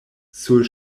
sur